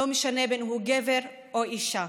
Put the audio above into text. לא משנה אם הוא גבר או אישה.